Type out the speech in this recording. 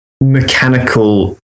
mechanical